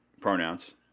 pronouns